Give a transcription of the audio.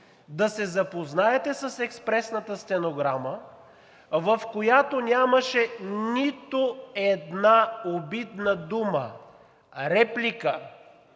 да се запознаете с експресната стенограма, в която нямаше нито една обидна дума, реплика